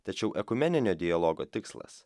tačiau ekumeninio dialogo tikslas